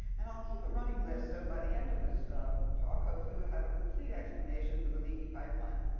and i'll keep a running list so by the end of this talk, hopefully we'll have a complete explanation for the leaky pipeline.